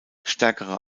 stärkere